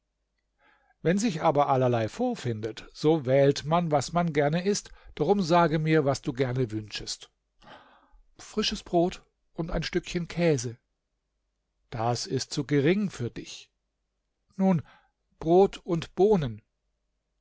wenn sich aber allerlei vorfindet so wählt man was man gerne ist drum sage mir was du gerne wünschest frisches brot und ein stückchen käse das ist zu gering für dich nun brot und bohnen